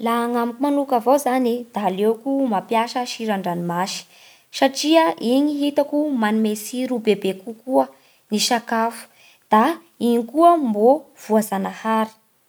Laha agnamiko manoka avao zany e da aleoko mampiasa siran-dranomasy satria igny hitako manome tsiro be be kokoa ny sakafo, da igny koa mbô voajanahary.